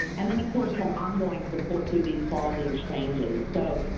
and then of course, have ongoing support through these quality exchanges. so,